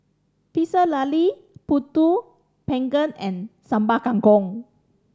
Pecel Lele panggang and Sambal Kangkong